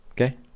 Okay